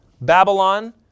Babylon